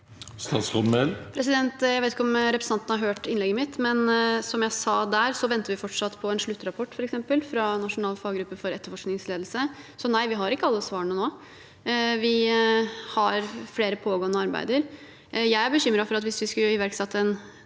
Jeg vet ikke om re- presentanten har hørt innlegget mitt, men som jeg sa der, venter vi fortsatt på en sluttrapport, f.eks., fra Na sjonal faggruppe for etterforskningsledelse. Så nei, vi har ikke alle svarene nå. Vi har flere pågående arbeider. Jeg er bekymret for at hvis vi skulle iverksette en